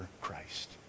Christ